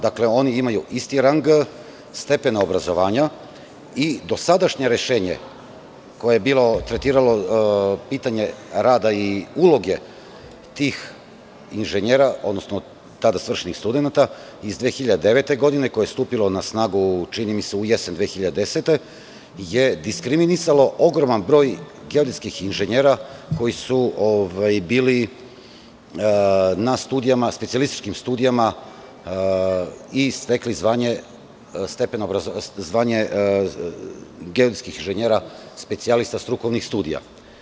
Dakle, oni imaju isti rang stepena obrazovanja i dosadašnja rešenje koje je tretiralo pitanje rada i uloge tih inženjera, odnosno tada svršenih studenata iz 2009. godine koje je stupilo na snagu čini mi se u jesen 2010. godine je diskriminisalo ogroman broj geodetskih inženjera koji su bili na studijama, na specijalističkim studijama i stekli znanje geodetskih inženjera specijalista strukovnih studija.